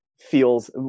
feels